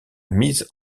mise